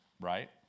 right